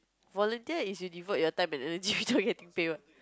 volunteer is you devote your time and energy without getting pay what